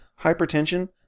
hypertension